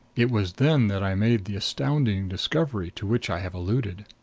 it was then that i made the astounding discovery to which i have alluded.